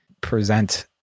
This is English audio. present